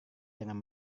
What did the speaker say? dengan